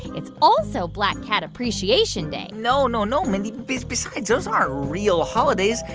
it's also black cat appreciation day no, no, no, mindy. besides, those aren't real holidays.